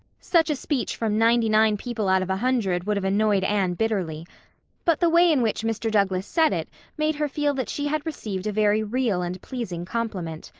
such a speech from ninety-nine people out of a hundred would have annoyed anne bitterly but the way in which mr. douglas said it made her feel that she had received a very real and pleasing compliment.